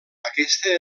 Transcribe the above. aquesta